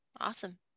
awesome